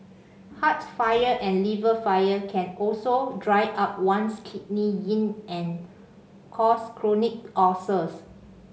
heart fire and liver fire can also dry up one's kidney yin and cause chronic ulcers